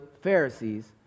Pharisees